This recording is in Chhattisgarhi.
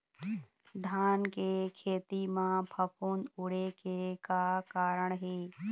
धान के खेती म फफूंद उड़े के का कारण हे?